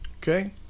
okay